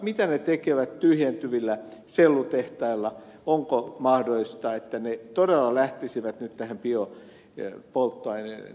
mitä ne tekevät tyhjentyvillä sellutehtailla onko mahdollista että ne todella lähtisivät nyt tähän biopolttoaineiden tuottamiseen